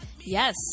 Yes